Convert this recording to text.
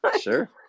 Sure